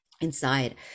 inside